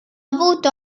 avuto